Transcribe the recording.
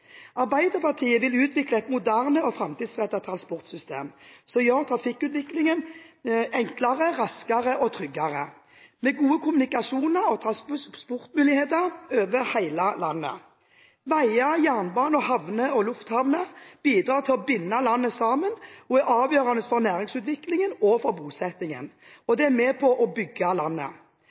Arbeiderpartiet vil utvikle et moderne og framtidsrettet transportsystem som gjør trafikkutviklingen enklere, raskere og tryggere, med gode kommunikasjoner og transportmuligheter over hele landet. Veier, jernbaner, havner og lufthavner bidrar til å binde landet sammen, er avgjørende for næringsutviklingen og bosettingen og er med på å bygge landet.